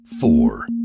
four